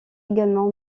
également